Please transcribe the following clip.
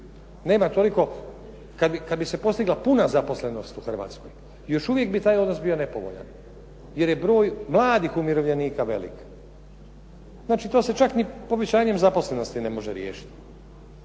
Nema toliko. Kad bi se postigla puna zaposlenost u Hrvatskoj još uvijek bi taj odnos bio nepovoljan, jer je broj mladih umirovljenika velik. Znači, to se čak ni povećanjem zaposlenosti ne može riješiti.